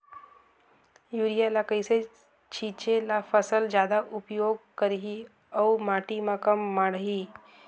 Urea ल कइसे छीचे ल फसल जादा उपयोग करही अउ माटी म कम माढ़ही?